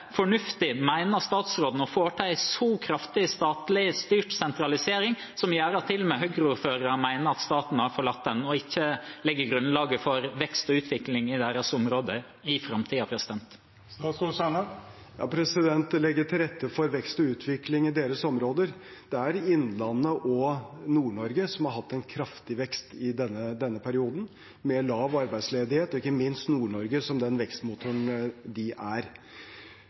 fornuftig, mener statsråden, å foreta en så kraftig statlig styrt sentralisering, som gjør at til og med Høyre-ordførere mener at staten har forlatt dem og ikke legger grunnlaget for vekst og utvikling i deres områder i framtiden? Legge til rette «for vekst og utvikling i deres områder»: Det er Innlandet og Nord-Norge som har hatt en kraftig vekst i denne perioden, med lav arbeidsledighet – ikke minst Nord-Norge som den vekstmotoren de er.